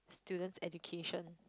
student's education